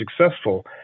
successful